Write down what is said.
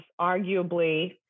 arguably